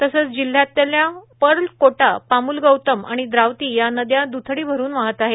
तसंच जिल्हयातल पर्लकोटा पामुलगौतम आणि द्रावती या नद्या द्थडी भरून वाहत आहेत